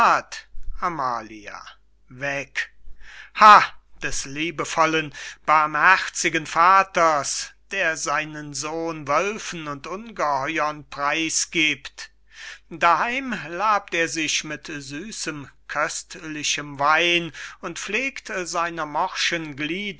amalia weg ha des liebevollen barmherzigen vaters der seinen sohn wölffen und ungeheuern preis gibt daheim labt er sich mit süssem köstlichem wein und pflegt seiner morschen